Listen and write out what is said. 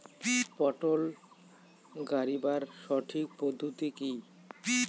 পটল গারিবার সঠিক পদ্ধতি কি?